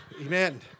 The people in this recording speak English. amen